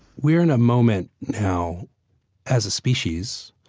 we're in a moment now as a species,